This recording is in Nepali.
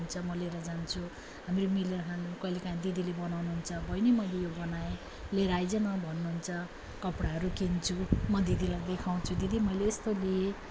म लिएर जान्छु हामीले मिलेर खान्छौँ कहिले काहीँ दिदीले बनाउनु हुन्छ बहिनी मैले यो बनाएँ लिएर आइज न भन्नु हुन्छ कपडाहरू किन्छु म दिदीलाई देखाउँछु दिदी मैले यस्तो लिएँ